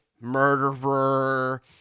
murderer